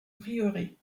prieuré